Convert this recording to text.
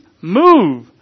move